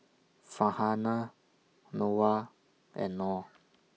Farhanah Noah and Nor